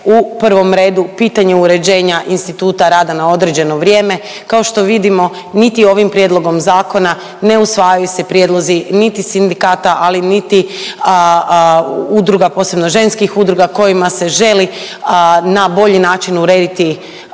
u prvom redu pitanje uređenja instituta rada na određeno vrijeme. Kao što vidimo niti ovim prijedlogom zakona ne usvajaju se prijedlozi, niti sindikata, ali niti udruga posebno ženskih udruga kojima se želi na bolji način urediti rad na